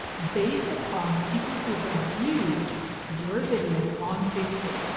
based upon people who have viewed your video on facebook,